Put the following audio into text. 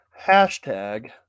hashtag